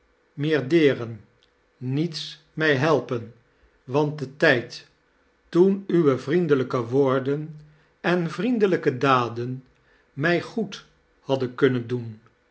meer deren niets mij helpen want de tijd toeu uwe vriendelijke woorden en vriendelijke daden m ij goed hadden kunnen doen